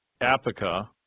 Apica